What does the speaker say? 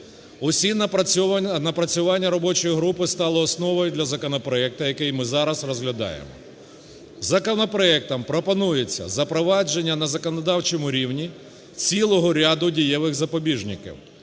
Всі напрацювання робочої групи стали основою для законопроекту, який ми зараз розглядаємо. Законопроектом пропонується запровадження на законодавчому рівні цілого ряду дієвих запобіжників,